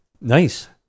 Nice